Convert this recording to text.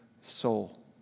soul